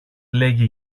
λέγει